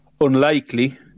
unlikely